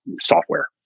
software